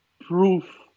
proof